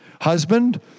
Husband